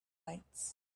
lights